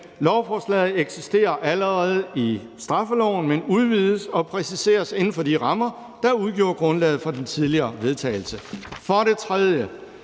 lovforslaget allerede i straffeloven, men udvides og præciseres inden for de rammer, der udgjorde grundlaget for den tidligere vedtagelse.